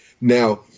Now